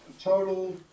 total